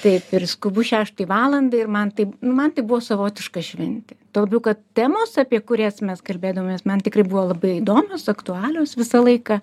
taip ir skubu šeštai valandai ir man taip nu man taip buvo savotiška šventė tuo labiau kad temos apie kurias mes kalbėdavomės man tikrai buvo labai įdomios aktualios visą laiką